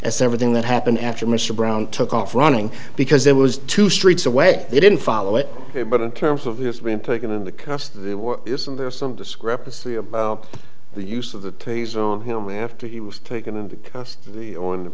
as everything that happened after mr brown took off running because it was two streets away they didn't follow it but in terms of his being taken into custody isn't there some discrepancy about the use of the taser on him after he was taken into custody or in the